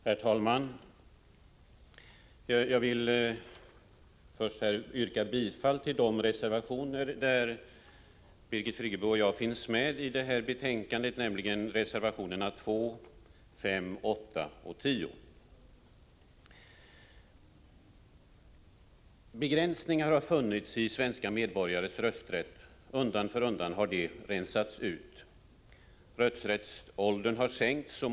Herr talman! Jag vill först yrka bifall till de reservationer i detta betänkande som Birgit Friggebo och jag har undertecknat, nämligen nr 2, 5, 8 och 10. Begränsningar har funnits i svenska medborgares rösträtt. Undan för undan har de rensats ut. Rösträttsåldern har sänkts.